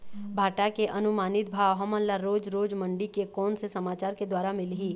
भांटा के अनुमानित भाव हमन ला रोज रोज मंडी से कोन से समाचार के द्वारा मिलही?